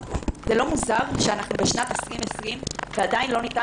זה לא מוזר שאנחנו בשנת 2020 ועדיין לא ניתן